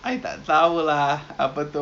so one is for one dollar